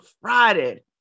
Friday